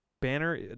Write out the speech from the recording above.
Banner